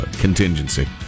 contingency